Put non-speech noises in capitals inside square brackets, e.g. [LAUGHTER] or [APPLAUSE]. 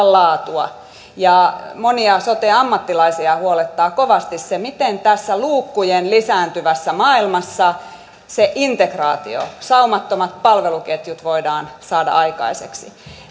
[UNINTELLIGIBLE] laatua ja monia sote ammattilaisia huolettaa kovasti se miten tässä lisääntyvien luukkujen maailmassa se integraatio saumattomat palveluketjut voidaan saada aikaiseksi